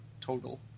total